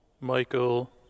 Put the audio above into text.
Michael